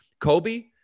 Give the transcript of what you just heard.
Kobe